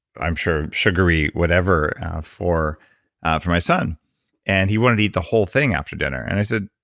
i'm sure sugary whatever for for my son and he wanted eat the whole thing after dinner and i said,